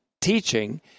teaching